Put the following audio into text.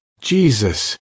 Jesus